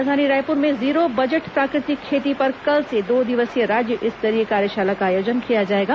राजधानी रायपुर में zero budget प्राकृतिक खेती पर कल से दो दिवसीय राज्य स्तरीय कार्यशाला का आयोजन किया जाएगा